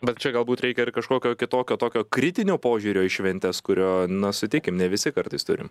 bet čia galbūt reikia ir kažkokio kitokio tokio kritinio požiūrio į šventes kurio na sutikim ne visi kartais turim